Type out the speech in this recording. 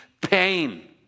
pain